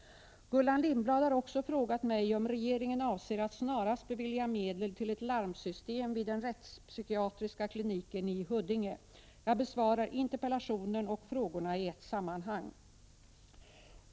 Gullan Lindblad har också frågat mig om regeringen avser att snarast bevilja medel till ett larmsystem vid den rättspsykiatriska kliniken i Huddinge. Jag besvarar interpellationen och frågorna i ett sammanhang.